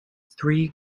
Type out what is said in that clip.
three